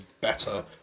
better